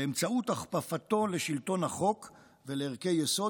באמצעות הכפפתו לשלטון החוק ולערכי יסוד,